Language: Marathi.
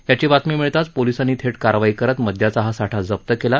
याची बातमी मिळताच पोलिसांनी थेट कारवाई करत मद्याचा हा साठा जप्त केला